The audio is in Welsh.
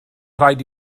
rhaid